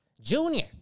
Junior